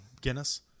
guinness